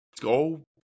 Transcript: go